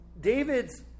David's